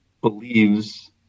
Believes